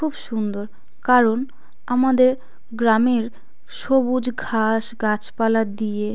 খুব সুন্দর কারণ আমাদের গ্রামের সবুজ ঘাস গাছপালা দিয়ে